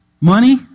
Money